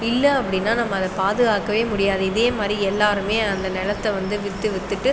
இல்லை அப்படின்னா நம்ம அதை பாதுகாக்கவே முடியாது இதே மாதிரி எல்லோருமே அந்த நிலத்த வந்து விற்று விற்றுட்டு